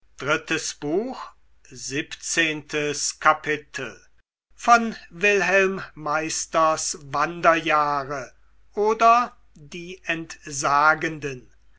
wolfgang goethe wilhelm meisters wanderjahre oder die entsagenden